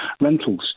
rentals